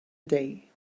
day